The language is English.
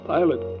Pilot